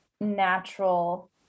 natural